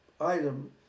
item